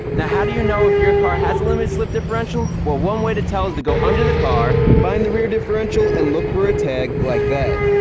now, how do you know if your car has a limited slip differential? well, one way to tell is to go under the car, find the rear differential, differential, and look for a tag like that.